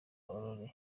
aurore